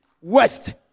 west